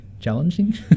challenging